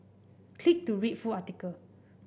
click to read full article